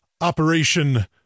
Operation